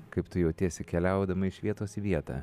kaip tu jautiesi keliaudama iš vietos į vietą